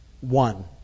One